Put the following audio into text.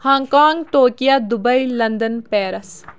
Hong Kong Tokyo Dubai London Paris